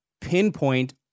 pinpoint